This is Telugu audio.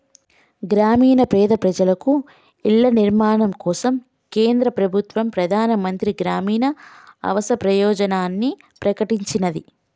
గ్రామీణ పేద ప్రజలకు ఇళ్ల నిర్మాణం కోసం కేంద్ర ప్రభుత్వం ప్రధాన్ మంత్రి గ్రామీన్ ఆవాస్ యోజనని ప్రకటించినాది